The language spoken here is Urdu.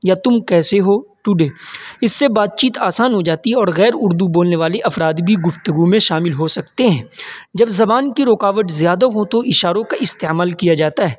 یا تم کیسے ہو ٹوڈے اس سے بات چیت آسان ہو جاتی ہے اور غیر اردو بولنے والے افراد بھی گفتگو میں شامل ہو سکتے ہیں جب زبان کی رکاوٹ زیادہ ہو تو اشاروں کا استعمال کیا جاتا ہے